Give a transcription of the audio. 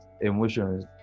emotions